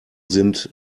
sind